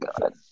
God